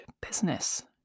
business